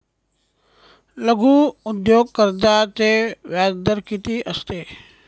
लघु उद्योग कर्जाचे व्याजदर किती असते?